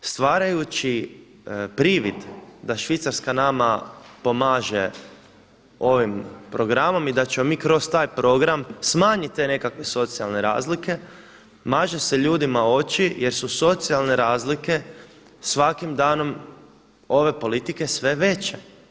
Stvarajući privid da Švicarska nama pomaže ovim programom i da ćemo mi kroz taj program smanjit te nekakve socijalne razlike maže se ljudima oči, jer su socijalne razlike svakim danom ove politike sve veće.